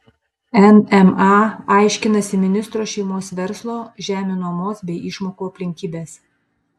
nma aiškinasi ministro šeimos verslo žemių nuomos bei išmokų aplinkybes